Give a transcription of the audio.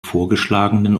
vorgeschlagenen